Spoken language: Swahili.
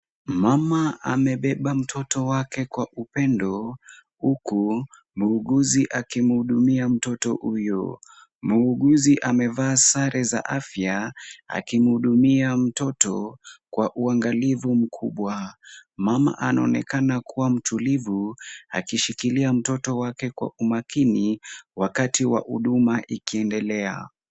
Mama amebeba mtoto wake kwa upendo huku muuguzi akimhudumia mtoto huyo. Muuguzi amevaa sare za afya akimhudumia mtoto kwa uangalifu mkubwa. Mama anaonekana kuwa mtulivu akishikilia mtoto wake kwa umakini wakati wa huduma ikiendelea.